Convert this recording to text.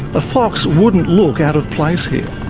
a fox wouldn't look out of place here.